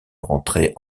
rentrer